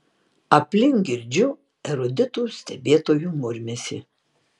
aplink girdžiu eruditų stebėtojų murmesį